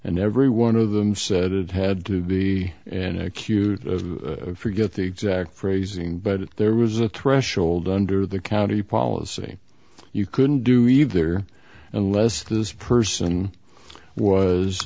and every one of them said it had to be an acute forget the exact phrasing but there was a threshold under the county policy you couldn't do either unless this person was